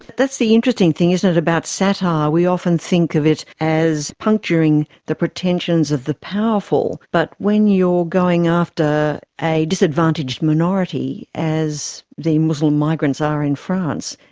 that's the interesting thing, isn't it, about satire, we often think of it as puncturing the pretensions of the powerful, but when you are going after a disadvantaged minority, as the muslim migrants are in france,